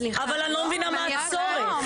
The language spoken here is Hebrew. אבל אני לא מבינה מה הצורך.